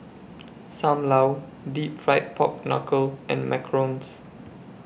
SAM Lau Deep Fried Pork Knuckle and Macarons